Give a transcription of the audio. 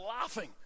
laughing